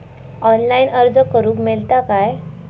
Online अर्ज करूक मेलता काय?